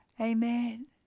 Amen